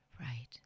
Right